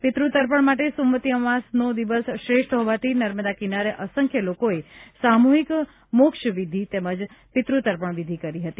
પિતૃતર્પણ માટે સોમવતી અમાસનો દિવસ શ્રેષ્ઠ હોવાથી નર્મદા કિનારે અસંખ્ય લોકોએ સામૂહિક મોશ્રવિધિ તેમજ પિત્રતર્પણ વિધી કરી હતી